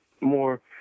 more